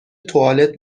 توالت